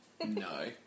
No